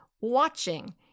watching